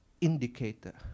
indicator